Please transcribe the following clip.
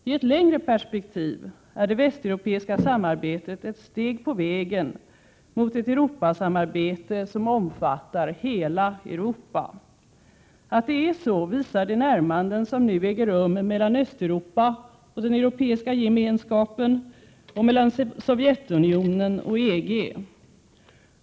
I ett längre perspektiv är det västeuropeiska samarbetet ett steg på vägen mot ett Europasamarbete som omfattar hela Europa. Att det faktiskt är så visar de närmanden som nu äger rum mellan Östeuropa och den Europeiska Gemenskapen och mellan Sovjetunionen och EG.